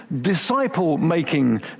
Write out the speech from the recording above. Disciple-making